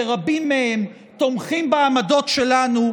כי רבים מהם תומכים בעמדות שלנו,